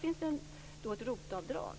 finns det ett ROT-avdrag.